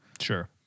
sure